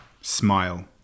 Smile